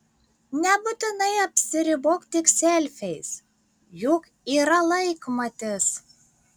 nebūtinai apsiribok tik selfiais juk yra laikmatis